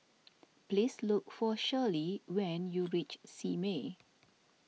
please look for Shirlee when you reach Simei